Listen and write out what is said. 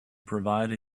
provide